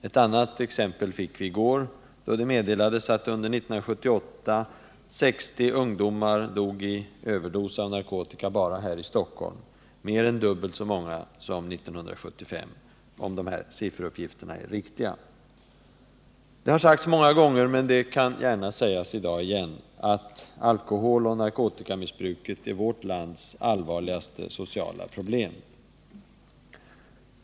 Ett annat exempel fick vi i går, då det meddelades att under 1978 dog 60 ungdomar av överdoser av narkotika bara här i Stockholm — mer än dubbelt så många som 1975, om sifferuppgifterna är riktiga. Det har sagts flera gånger, men det kan gärna sägas i dag igen, att alkoholoch narkotikamissbruket är vårt lands allvarligaste sociala problem.